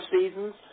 seasons